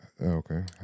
Okay